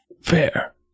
Fair